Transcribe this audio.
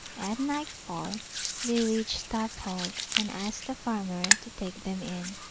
at nightfall they reached stafholt, and asked the farmer to take them in.